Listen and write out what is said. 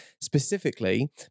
Specifically